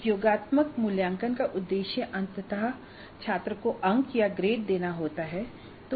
एक योगात्मक मूल्यांकन का उद्देश्य अंततः छात्र को अंक या ग्रेड देना होता है